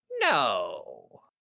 No